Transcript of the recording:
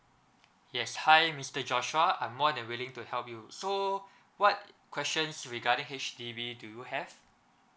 yes hi mister joshua I'm more than willing to help you so what questions regarding H_D_B do you have